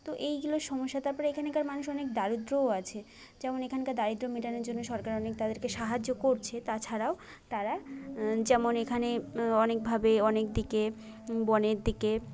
তো এইগুলো সমস্যা তারপরে এখানেকার মানুষ অনেক দারিদ্রও আছে যেমন এখানকার দারিদ্র মেটানোর জন্য সরকার অনেক তাদেরকে সাহায্য করছে তাছাড়াও তারা যেমন এখানে অনেকভাবে অনেক দিকে বনের দিকে